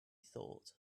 thought